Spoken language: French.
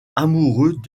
amoureux